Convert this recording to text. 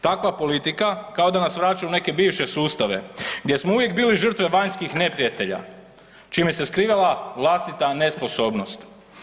Takva politika kao da nas vraća u neke bivše sustave gdje smo uvijek bili žrtve vanjskih neprijatelja čime se skrivala vlastita nesposobnost.